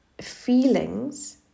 feelings